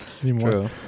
True